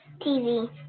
TV